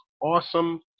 awesome